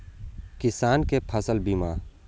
किसान कै फसल बीमा?